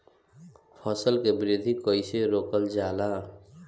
फसल के वृद्धि कइसे रोकल जाला?